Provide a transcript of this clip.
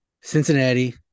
Cincinnati